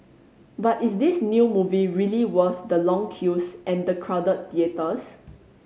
but is this new movie really worth the long queues and the crowded theatres